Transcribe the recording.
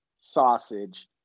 sausage